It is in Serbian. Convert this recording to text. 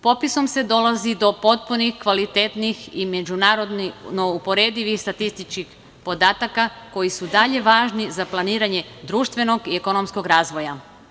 Popisom se dolazi do potpunih, kvalitetnih i međunarodno uporedivih statističkih podataka koji su i dalje važni za planiranje društvenog i ekonomskog razvoja.